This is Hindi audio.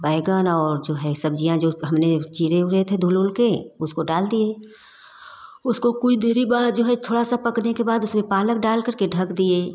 बैंगन और जो है सब्जियाँ जो हमने चीरे उरे थे धुल ऊल के उसको डाल दिए उसको कुछ देरी बाद जो है थोड़ा सा पकने के बाद उसमें पालक डालकर के ढक दिए